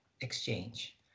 exchange